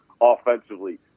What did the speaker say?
offensively